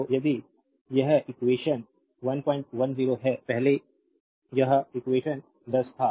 तो यदि यह इक्वेशन 110 है तो पहले यह इक्वेशन 10 था